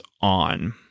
on